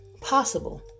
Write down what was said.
possible